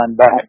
back